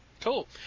Cool